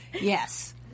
Yes